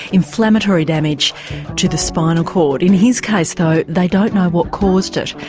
inflammatory damage to the spinal cord. in his case, though, they don't know what caused it.